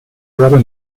rubber